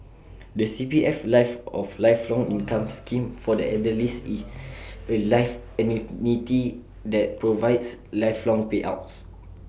the CPF life or lifelong income scheme for the elderly is A life annuity that provides lifelong payouts